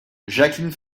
jacqueline